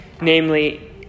namely